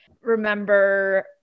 remember